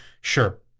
sure